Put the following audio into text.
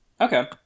Okay